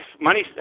money